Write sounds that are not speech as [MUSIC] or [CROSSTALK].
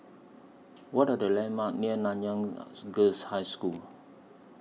What Are The landmarks near Nanyang [HESITATION] Girls' High School